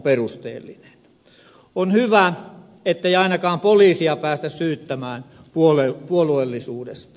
on hyvä ettei ainakaan poliisia päästä syyttämään puolueellisuudesta